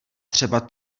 třeba